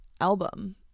album